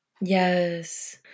Yes